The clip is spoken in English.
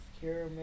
caramel